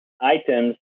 items